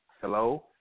Hello